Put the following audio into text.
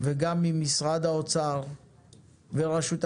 וגם ממשרד האוצר ורשות המיסים,